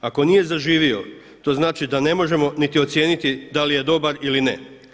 Ako nije zaživio to znači da ne možemo niti ocijeniti da li je dobar ili ne.